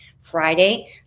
Friday